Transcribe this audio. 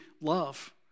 love